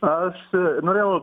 aš norėjau